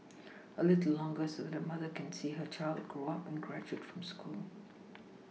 a little longer so that a mother can see her child grow up and graduate from school